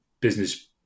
business